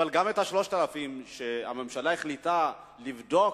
אבל גם את ה-3,000 שהממשלה החליטה לבדוק,